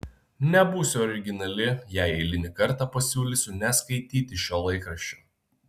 nebūsiu originali jei eilinį kartą pasiūlysiu neskaityti šio laikraščio